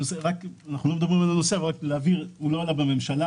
הנושא לא עלה בממשלה,